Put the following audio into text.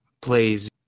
plays